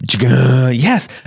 yes